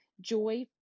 Joy